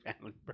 family